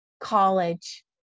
college